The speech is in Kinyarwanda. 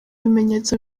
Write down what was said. bimenyetso